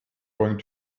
going